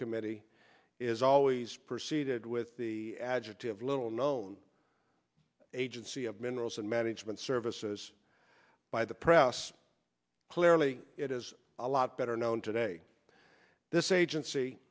committee is always proceeded with the adjective little known agency of minerals management services by the press clearly it is a lot better known today this